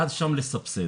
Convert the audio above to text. עד שם לסבסד.